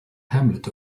hamlet